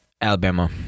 Alabama